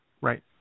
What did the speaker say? Right